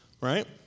Right